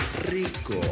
Rico